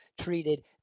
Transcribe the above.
treated